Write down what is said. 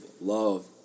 love